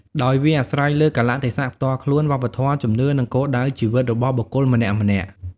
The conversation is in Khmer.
ដោយវាអាស្រ័យលើ កាលៈទេសៈផ្ទាល់ខ្លួន វប្បធម៌ ជំនឿ និង គោលដៅជីវិត របស់បុគ្គលម្នាក់ៗ។